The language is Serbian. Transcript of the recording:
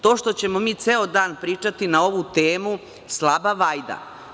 To što ćemo mi ceo dan pričati na ovu temu, slaba vajda.